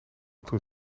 toen